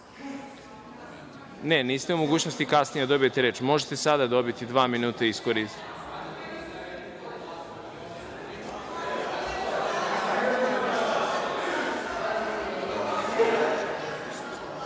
Ne, niste u mogućnosti kasnije da dobijete reč, možete sada dobiti dva minuta i